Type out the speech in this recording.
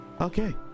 Okay